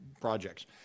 projects